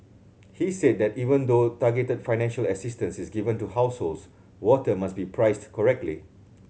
he said that even though targeted financial assistance is given to households water must be priced correctly